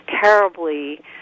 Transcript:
terribly